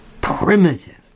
Primitive